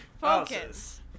Focus